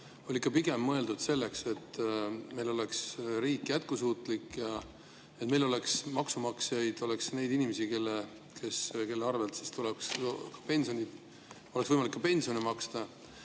oli ikka pigem mõeldud selleks, et meil oleks riik jätkusuutlik, et meil oleks maksumaksjaid, oleks neid inimesi, kelle abil oleks võimalik ka pensione maksta.